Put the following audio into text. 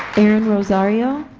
aaron rosario,